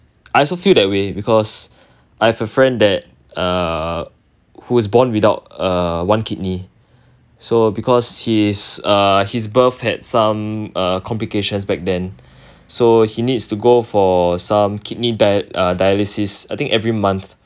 I also feel that way because I have a friend that err who is born without err one kidney so because he's uh his birth had some uh complications back then so he needs to go for some kidney dial~ uh dialysis I think every month